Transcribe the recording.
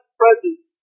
presence